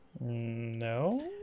No